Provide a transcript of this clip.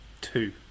Two